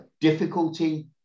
difficulty